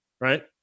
right